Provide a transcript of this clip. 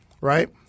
right